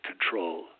control